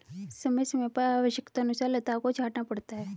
समय समय पर आवश्यकतानुसार लताओं को छांटना पड़ता है